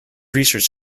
research